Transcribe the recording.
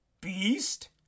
beast